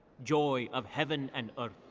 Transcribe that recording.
joy of heaven and earth.